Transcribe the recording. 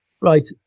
Right